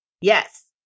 yes